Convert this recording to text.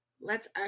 lets